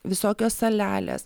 visokios salelės